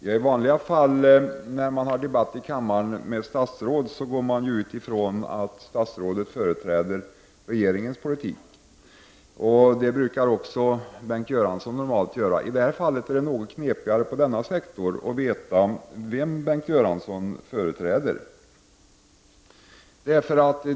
Fru talman! När man i vanliga fall debatterar med statsråd i kammaren utgår man från att statsrådet företräder regeringens politik, och det brukar normalt också Bengt Göransson göra. I detta fall är det något knepigare att veta vem Bengt Göransson företräder.